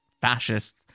fascist